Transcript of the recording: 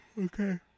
Okay